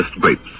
grapes